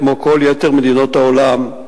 כמו כל יתר מדינות העולם,